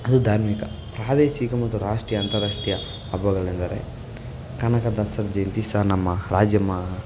ಅದು ಧಾರ್ಮಿಕ ಪ್ರಾದೇಶಿಕ ಮತ್ತು ರಾಷ್ಟ್ರೀಯ ಅಂತಾರಾಷ್ಟ್ರೀಯ ಹಬ್ಬಗಳೆಂದರೆ ಕನಕದಾಸರ ಜಯಂತಿ ಸಹ ನಮ್ಮ ರಾಜ್ಯ ಮ್ಮ